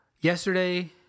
Yesterday